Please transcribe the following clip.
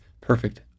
perfect